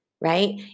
right